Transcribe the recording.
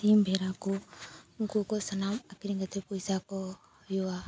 ᱥᱤᱢ ᱵᱷᱮᱨᱟ ᱠᱚ ᱩᱱᱠᱩ ᱠᱚ ᱥᱟᱱᱟᱢ ᱟᱠᱷᱟᱨᱤᱧ ᱠᱟᱛᱮ ᱯᱚᱭᱥᱟ ᱠᱚ ᱦᱩᱭᱩᱜᱼᱟ